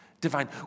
divine